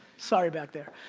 sorry back there.